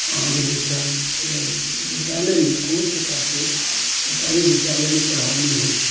अहाँकेँ जे छै हम किछु बतैले नहि कोनो प्रकारके सरकारी विद्यालयमे पढ़ाइ नहि होइत छै